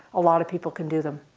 a lot of people can do them.